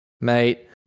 Mate